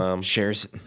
shares